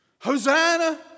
Hosanna